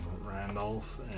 Randolph